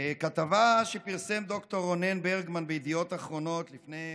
כתבה שפרסם ד"ר רונן ברגמן בידיעות אחרונות לפני